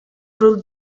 ruled